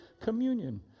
communion